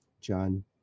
John